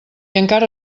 encara